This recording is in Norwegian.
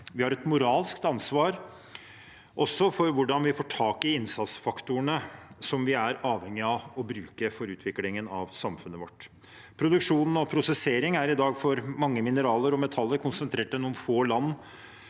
Vi har et moralsk ansvar også for hvordan vi får tak i innsatsfaktorene som vi er avhengige av å bruke for utviklingen av samfunnet vårt. Produksjon og prosessering er i dag for mange mineraler og metaller konsentrert til noen få land